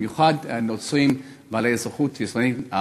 במיוחד נוצרים בעלי אזרחות ישראלית,